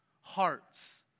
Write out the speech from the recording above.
hearts